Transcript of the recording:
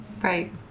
Right